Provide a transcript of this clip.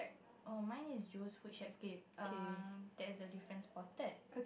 oh mine is Joe's food shack K err there's a difference spotted